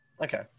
Okay